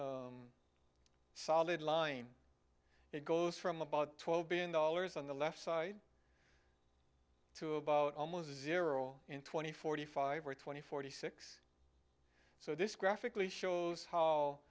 solid line it goes from about twelve billion dollars on the left side to about almost zero in two thousand and forty five or twenty forty six so this graphically shows how